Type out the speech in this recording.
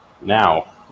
Now